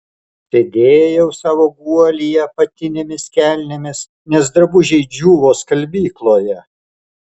sėdėjau savo guolyje apatinėmis kelnėmis nes drabužiai džiūvo skalbykloje